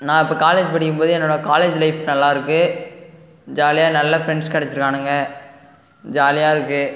நான் இப்ப காலேஜ் படிக்கும் போது என்னோட காலேஜ் லைஃப் நல்லா இருக்கு ஜாலியாக நல்ல ஃப்ரெண்ட்ஸ் கிடைச்சுருக்கானுங்க ஜாலியாக இருக்கு